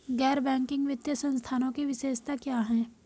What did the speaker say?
गैर बैंकिंग वित्तीय संस्थानों की विशेषताएं क्या हैं?